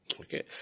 Okay